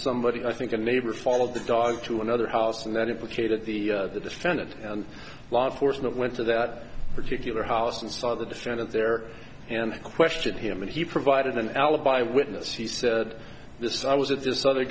somebody i think a neighbor followed the dog to another house and then implicate at the defendant and law enforcement went to that particular house and saw the defendant there and questioned him and he provided an alibi witness he said this i was at this other